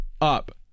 up